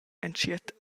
entschiet